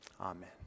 amen